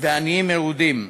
ועניים מרודים.